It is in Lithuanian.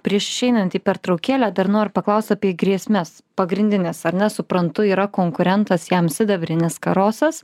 prieš išeinant į pertraukėlę dar noriu paklausti apie grėsmes pagrindines ar ne suprantu yra konkurentas jam sidabrinis karosas